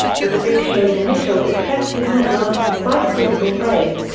but the big show's initial success did not last despite critical praise,